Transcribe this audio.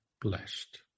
blessed